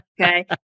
okay